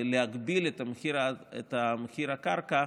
ולהגביל את מחיר הקרקע,